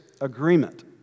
agreement